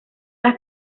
las